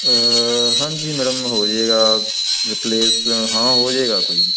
ਹਾਂਜੀ ਮੈਡਮ ਹੋ ਜੇਗਾ ਰਿਪਲੇਸ ਹਾਂ ਹੋ ਜੇਗਾ ਕੋਈ